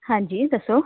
ਹਾਂਜੀ ਦੱਸੋ